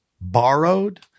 borrowed